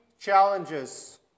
challenges